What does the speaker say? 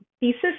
pieces